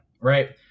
right